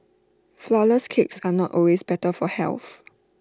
Flourless Cakes are not always better for health